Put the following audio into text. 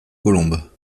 colombes